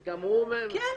כן.